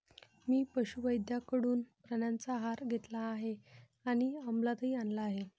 मी पशुवैद्यकाकडून प्राण्यांचा आहार घेतला आहे आणि अमलातही आणला आहे